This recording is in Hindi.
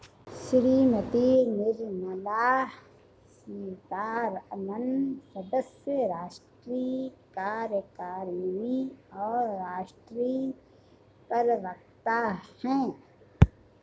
श्रीमती निर्मला सीतारमण सदस्य, राष्ट्रीय कार्यकारिणी और राष्ट्रीय प्रवक्ता हैं